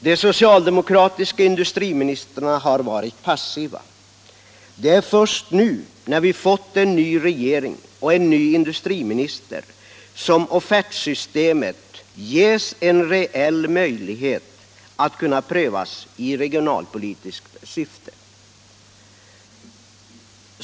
De socialdemokratiska industriministrarna har varit passiva. Det är först nu, när vi fått en ny regering och en ny industriminister, som offertsystemet ges en reell möjlighet att prövas i regionalpolitiskt syfte.